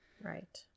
Right